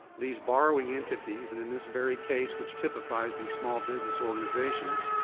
these borrowing entities, and in this very case, which typifies these small business organizations,